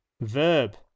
Verb